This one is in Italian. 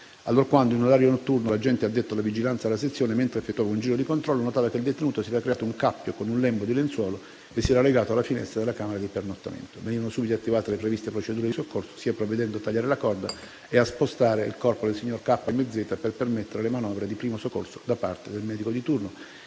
allorquando, in orario notturno, l'agente addetto alla vigilanza della sezione, mentre effettuava un giro di controllo, notava che il detenuto si era creato un cappio con un lembo di lenzuolo e si era legato alla finestra della camera di pernottamento. Venivano subito attivate le previste procedure di soccorso, provvedendo a tagliare la corda e a spostare il corpo del signor K.M.Z. per permettere le manovre di primo soccorso da parte del medico di turno.